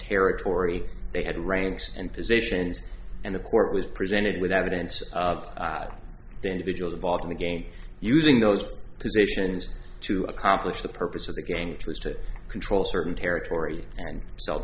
territory they had ranks and positions and the court was presented with evidence of the individuals involved in the game using those positions to accomplish the purpose of the game which was to control certain territory and s